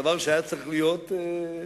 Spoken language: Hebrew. זה דבר שהיה צריך להיות פתוח.